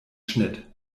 schnitt